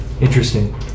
Interesting